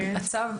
הצו,